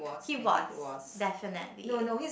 he was definitely